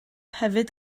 hefyd